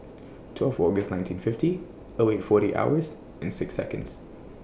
twelve August nineteen fifty O eight forty hours and six Seconds